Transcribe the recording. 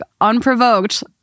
unprovoked